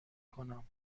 کنم